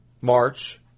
march